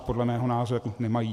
Podle mého názoru nemají.